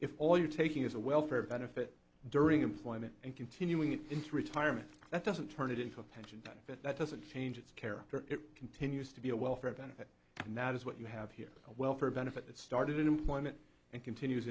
if all you're taking is a welfare benefit during employment and continuing into retirement that doesn't turn it into a pension benefit that doesn't change it's character it continues to be a welfare benefit and that is what you have here a welfare benefit that started in employment and continues